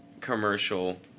commercial